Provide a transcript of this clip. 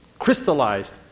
crystallized